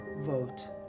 vote